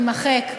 יימחק.